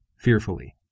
fearfully